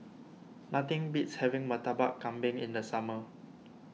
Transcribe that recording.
nothing beats having Murtabak Kambing in the summer